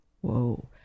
whoa